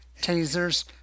tasers